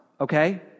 okay